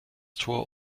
tor